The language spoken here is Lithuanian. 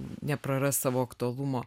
nepraras savo aktualumo